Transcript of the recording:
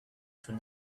from